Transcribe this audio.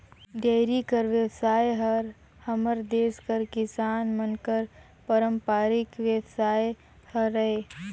dairy कर बेवसाय हर हमर देस कर किसान मन कर पारंपरिक बेवसाय हरय